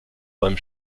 beim